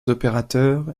opérateurs